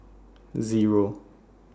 Zero